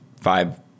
five